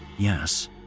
Yes